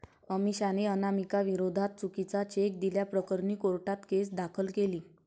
अमिषाने अनामिकाविरोधात चुकीचा चेक दिल्याप्रकरणी कोर्टात केस दाखल केली